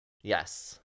Yes